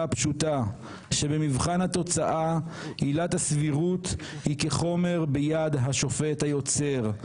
הפשוטה שבמבחן התוצאה עילת הסבירות היא כחומר ביד השופט היוצר.